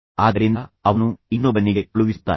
ಆದ್ದರಿಂದ ಅವನು ಇನ್ನೊಬ್ಬನಿಗೆ ಕಳುಹಿಸುತ್ತಾನೆ